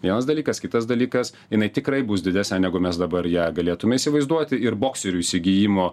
vienas dalykas kitas dalykas jinai tikrai bus didesnė negu mes dabar ją galėtume įsivaizduoti ir bokserių įsigijimo